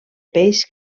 peix